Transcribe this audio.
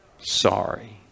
sorry